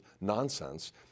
nonsense